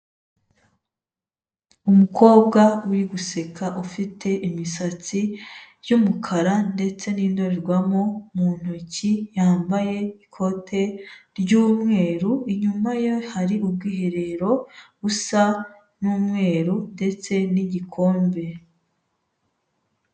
Umukobwa uri guseka ufite imisatsi y'umukara ndetse n'indorerwamo mu ntoki yambaye ikote ry'umweru, inyuma ye hari ubwiherero busa n'umweru ndetse n'igikombe.